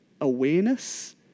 awareness